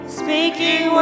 speaking